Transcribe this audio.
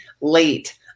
late